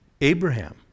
Abraham